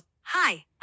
Hi